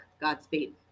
Godspeed